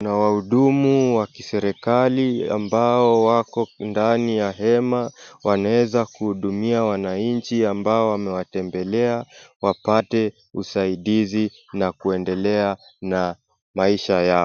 Kuna wahudumu wa kiserikali ambao wako ndani ya hema, wanaeza kuhudumia wananchi ambao wamewatembelea wapate usaidizi na kuendelea na maisha yao.